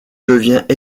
devient